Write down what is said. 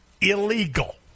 illegal